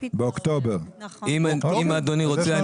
אם אדוני רוצה,